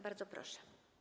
Bardzo proszę.